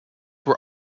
were